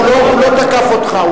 הוא לא תקף אותך.